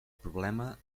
problema